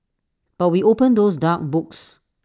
but we opened those dark books